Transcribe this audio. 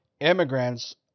immigrants